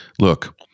look